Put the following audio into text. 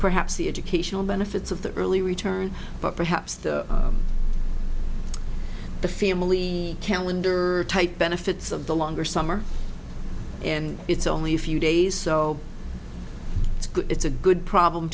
perhaps the educational benefits of the early return but perhaps the family calendar type benefits of the longer summer and it's only a few days so it's a good problem